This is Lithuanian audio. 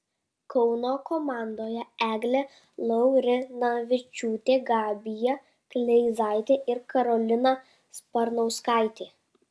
kauno komandoje eglė laurinavičiūtė gabija kleizaitė ir karolina sparnauskaitė